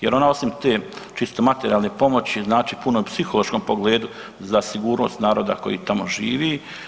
Jer ona osim te čisto materijalne pomoći, znači puno i u psihološkom pogledu za sigurnost naroda koji tamo živi.